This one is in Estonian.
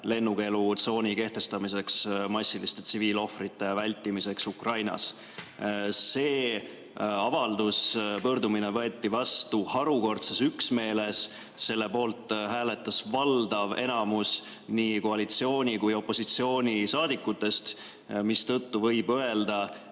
lennukeelutsooni kehtestamiseks massiliste tsiviilohvrite vältimiseks Ukrainas. See avaldus, pöördumine, võeti vastu harukordses üksmeeles. Selle poolt hääletas valdav osa nii koalitsiooni‑ kui ka opositsioonisaadikutest, mistõttu võib öelda,